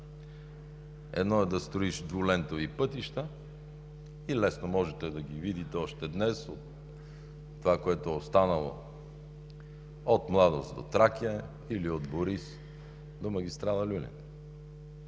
Едно е да строиш двулентови пътища, лесно можете да ги видите още днес от това, което е останало от „Младост“ до „Тракия“ или от „Борис“ до магистрала „Люлин“.